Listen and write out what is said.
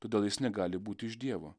todėl jis negali būti iš dievo